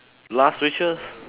last wishes